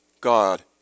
God